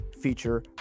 feature